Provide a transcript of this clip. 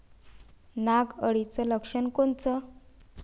नाग अळीचं लक्षण कोनचं?